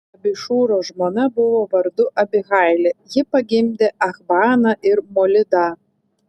abišūro žmona buvo vardu abihailė ji pagimdė achbaną ir molidą